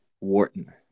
Wharton